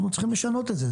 אנחנו צריכים לשנות את זה.